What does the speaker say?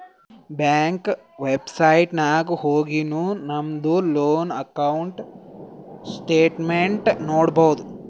bank website ನಾಗ್ ಹೊಗಿನು ನಮ್ದು ಲೋನ್ ಅಕೌಂಟ್ ಸ್ಟೇಟ್ಮೆಂಟ್ ನೋಡ್ಬೋದು